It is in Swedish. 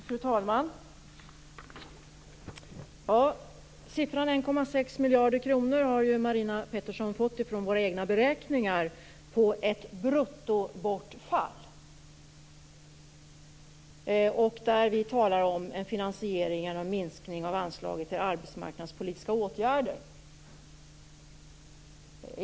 Fru talman! Beloppet 1,6 miljarder kronor har Marina Pettersson fått från våra egna beräkningar på ett bruttobortfall. Vi talar också om finansiering genom en minskning av anslaget till arbetsmarknadspolitiska åtgärder.